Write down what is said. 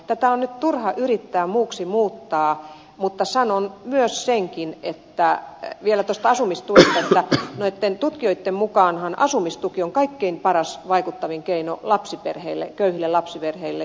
tätä on nyt turha yrittää muuksi muuttaa mutta sanon myös senkin vielä tuosta asumistuesta että tutkijoitten mukaanhan asumistuki on kaikkein paras vaikuttavin keino köyhille lapsiperheille